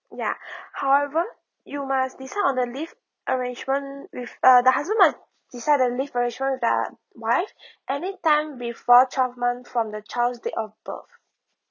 ya however you must decide on the leave arrangement with uh the husband must decide the leave very sure the uh wife anytime before twelve month from the child's date of birth